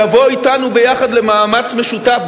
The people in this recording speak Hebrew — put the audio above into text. לבוא אתנו ביחד למאמץ משותף.